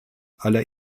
aller